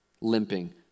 limping